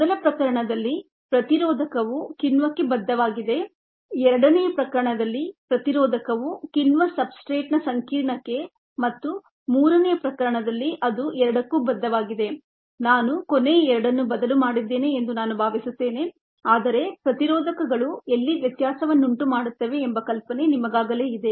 ಮೊದಲ ಪ್ರಕರಣದಲ್ಲಿ ಪ್ರತಿರೋಧಕವು ಕಿಣ್ವಕ್ಕೆ ಬದ್ಧವಾಗಿದೆ ಎರಡನೆಯ ಪ್ರಕರಣದಲ್ಲಿ ಪ್ರತಿರೋಧಕವು ಕಿಣ್ವ ಸಬ್ಸ್ಟ್ರೇಟ್ನ ಸಂಕೀರ್ಣಕ್ಕೆ ಮತ್ತು ಮೂರನೆಯ ಪ್ರಕರಣದಲ್ಲಿಅದು ಎರಡಕ್ಕೂ ಬದ್ಧವಾಗಿದೆನಾನು ಕೊನೆಯ ಎರಡನ್ನು ಬದಲು ಮಾಡಿದ್ದೇನೆ ಎಂದು ನಾನು ಭಾವಿಸುತ್ತೇನೆ ಆದರೆ ಪ್ರತಿರೋಧಕಗಳು ಎಲ್ಲಿ ವ್ಯತ್ಯಾಸವನ್ನುಂಟು ಮಾಡುತ್ತವೆ ಎಂಬ ಕಲ್ಪನೆ ನಿಮಗಾಗಲೇ ಇದೆ